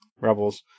Rebels